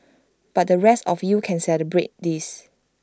but the rest of you can celebrate this